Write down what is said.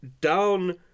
down